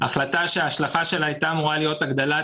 החלטה שההשלכה שלה הייתה אמורה להיות הגדלת